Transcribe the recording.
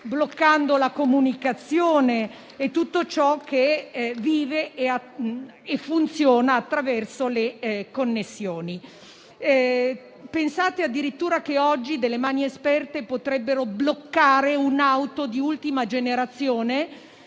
ospedali, la comunicazione e tutto ciò che vive e funziona attraverso le connessioni. Pensate addirittura che oggi delle mani esperte potrebbero bloccare un'auto di ultima generazione